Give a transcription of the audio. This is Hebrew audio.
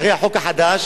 אחרי החוק החדש,